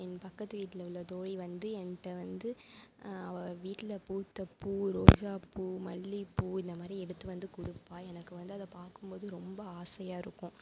என் பக்கத்து வீட்டில் உள்ள தோழி வந்து என்கிட்ட வந்து அவள் வீட்டில் பூத்த பூ ரோஜாப்பூ மல்லியப்பூ இந்தமாதிரி எடுத்து கொடுப்பா எனக்கு வந்து அதை பார்க்கும் போது ரொம்ப ஆசையாகருக்கும்